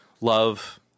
love